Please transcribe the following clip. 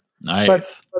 Nice